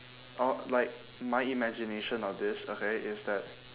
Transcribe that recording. oh like my imagination of this okay is that